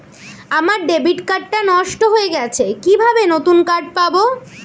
আমার debit card টা নষ্ট হয়ে গেছে কিভাবে নতুন কার্ড পাব?